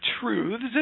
truths